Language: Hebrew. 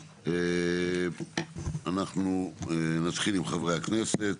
אנחנו נתחיל עם חברי הכנסת.